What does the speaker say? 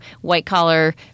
white-collar